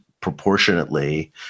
proportionately